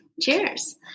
Cheers